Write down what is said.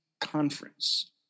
Conference